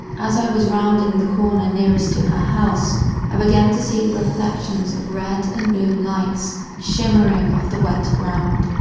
as i was rounding the corner nearest to her house i began to see the reflections of red and blue lights shimmering off the wet ground.